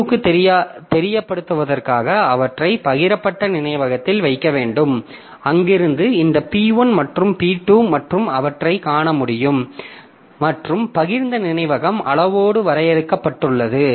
P2 க்குத் தெரியப்படுத்துவதற்காக அவற்றை பகிரப்பட்ட நினைவகத்தில் வைக்க வேண்டும் அங்கிருந்து இந்த P1 மற்றும் P2 மட்டுமே அவற்றைக் காண முடியும் மற்றும் பகிர்ந்த நினைவகம் அளவோடு வரையறுக்கப்பட்டுள்ளது